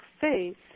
faith